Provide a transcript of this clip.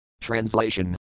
Translation